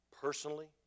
Personally